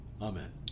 Amen